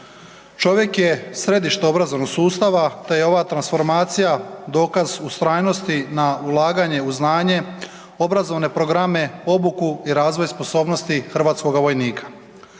Čovjek je središte obrazovnog sustava te je ova transformacija dokaz ustrajnosti na ulaganje u znanje, obrazovne programe, obuku i razvoj sposobnosti hrvatskoga vojnika.